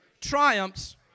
Triumphs